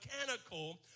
mechanical